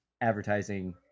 advertising